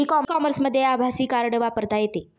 E कॉमर्समध्ये आभासी card वापरता येते